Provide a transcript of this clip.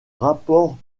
rapport